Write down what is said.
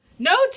no